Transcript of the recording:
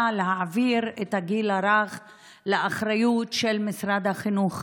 להעביר את הגיל הרך לאחריות של משרד החינוך,